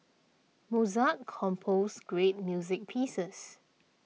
Mozart composed great music pieces